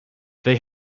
they